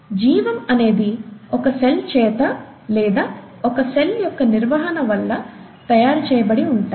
జీవం అనేది ఒక సెల్ చేత లేదా ఒక సెల్ యొక్క నిర్వహణ వళ్ళ తయారు చేయబడి ఉంటాయి